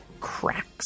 cracks